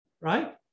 right